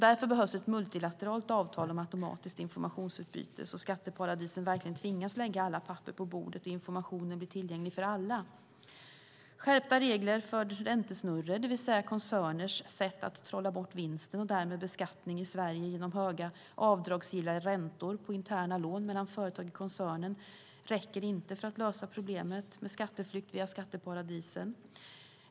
Därför behövs ett multilateralt avtal om automatiskt informationsutbyte, så att skatteparadisen verkligen tvingas lägga alla papper på bordet och informationen blir tillgänglig för alla. Skärpta regler för räntesnurror, det vill säga koncerners sätt att trolla bort vinsten och därmed beskattning i Sverige genom höga avdragsgilla räntor på interna lån mellan företag i koncernen, räcker inte för att lösa problemet med skatteflykt via skatteparadisen.